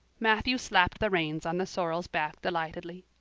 matthew slapped the reins on the sorrel's back delightedly.